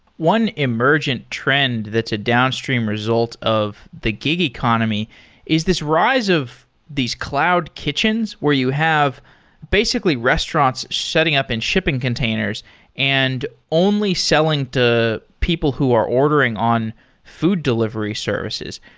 one emergent trend that's a downstream result of the gig economy is this rise of these cloud kitchens, where you have basically restaurants setting up in shipping containers and only selling to people who are ordering on food delivery services.